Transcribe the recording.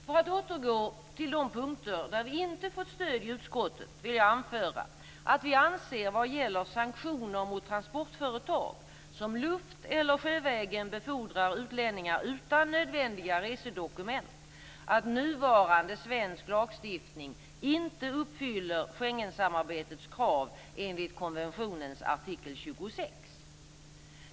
För att återgå till de punkter där vi inte fått stöd i utskottet: Jag vill anföra att vi anser vad gäller sanktioner mot transportföretag, som luft eller sjövägen befordrar utlänningar utan nödvändiga resedokument, att nuvarande svensk lagstiftning inte uppfyller Schengensamarbetets krav enligt konventionens artikel 26.